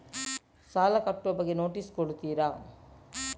ಸಾಲ ಕಟ್ಟುವ ಬಗ್ಗೆ ನೋಟಿಸ್ ಕೊಡುತ್ತೀರ?